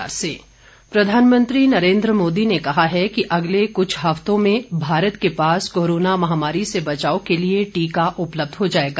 प्रधानमंत्री प्रधानमंत्री नरेन्द्र मोदी ने कहा है कि अगले कुछ हफ्तों में भारत के पास कोरोना महामारी से बचाव के लिए टीका उपलब्ध हो जाएगा